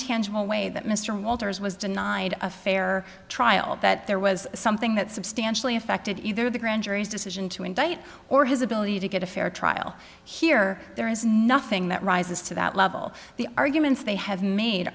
tangible way that mr walters was denied a fair trial that there was something that substantially affected either the grand jury's decision to indict or his ability to get a fair trial here there is nothing that rises to that level the arguments they have made